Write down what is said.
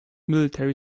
military